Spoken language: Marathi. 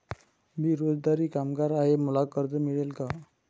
मी रोजंदारी कामगार आहे मला कर्ज मिळेल का?